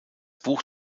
buch